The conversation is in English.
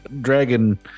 dragon